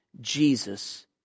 Jesus